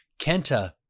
Kenta